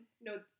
No